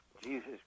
Jesus